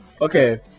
Okay